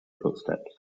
footsteps